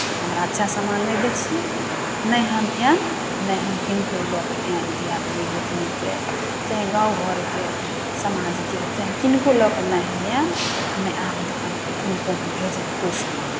अहाँ हमरा अच्छा समान नहि दै छिए नहि हम आएब नहि हम किनको लऽके आएब दिआदनी गोतनीके चाहे गामघरके समाजके चाहे किनको लऽके नहि हम आएब नहि अहाँके दोकानपर किनको हम भेजब कोइ समान लै